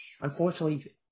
unfortunately